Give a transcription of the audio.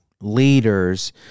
leaders